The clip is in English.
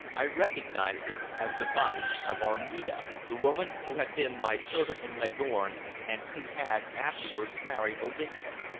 i recognized it as the body of armida, the woman who had been my servant in leghorn and who had afterwards married olinto.